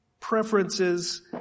preferences